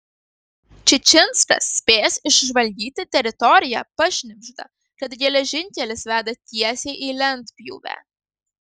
čičinskas spėjęs išžvalgyti teritoriją pašnibžda kad geležinkelis veda tiesiai į lentpjūvę